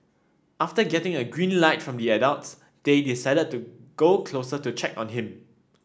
after getting a green light from the adults they decided to go closer to check on him